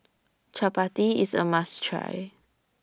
Chapati IS A must Try